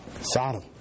Sodom